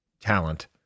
talent